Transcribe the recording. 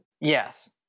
Yes